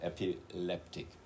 epileptic